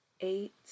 eight